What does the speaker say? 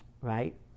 right